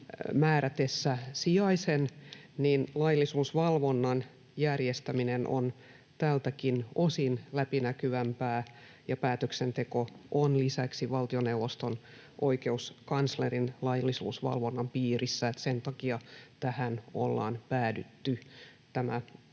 määrätessä sijaisen laillisuusvalvonnan järjestäminen on tältäkin osin läpinäkyvämpää, ja päätöksenteko on lisäksi valtioneuvoston oikeuskanslerin laillisuusvalvonnan piirissä, eli sen takia tähän ollaan päädytty. Tämä antaa